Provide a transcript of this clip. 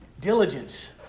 diligence